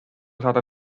saada